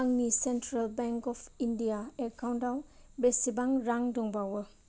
आंनि central bank of India एकाउन्टाव बेसेबां रां दंबावो